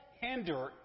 hinder